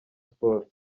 sports